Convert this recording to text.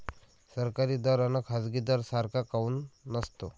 सरकारी दर अन खाजगी दर सारखा काऊन नसतो?